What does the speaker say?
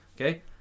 Okay